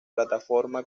plataforma